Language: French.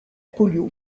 polio